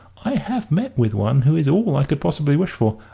i have met with one who is all i could possibly wish for.